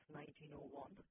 1901